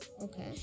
Okay